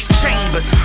chambers